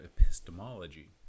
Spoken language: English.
epistemology